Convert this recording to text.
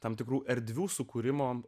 tam tikrų erdvių sukūrimo